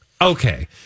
Okay